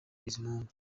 bizimungu